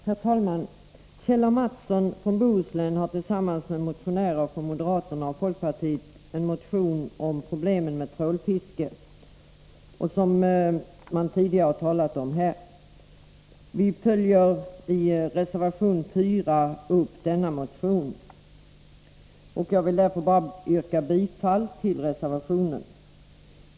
Herr talman! Kjell Mattsson från Bohuslän har tillsammans med motionärer från moderata samlingspartiet och folkpartiet väckt en motion om problemen med trålfiske som det tidigare talats om här. I reservation 4 följer vi upp denna motion. Jag vill yrka bifall till den reservationen.